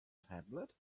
tablet